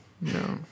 No